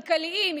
כלכליים,